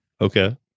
Okay